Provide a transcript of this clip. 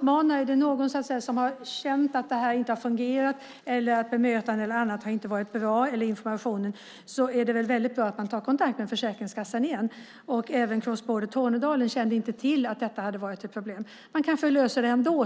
Om det är någon som har känt att det här inte har fungerat eller att bemötande, information eller annat inte har varit bra uppmanar jag honom eller henne att ta kontakt med Försäkringskassan igen. Inte heller Crossborder Tornedalen kände till att detta hade varit ett problem. Man kanske löser det ändå.